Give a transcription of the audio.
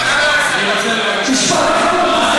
משפט אחרון.